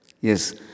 Yes